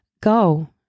Go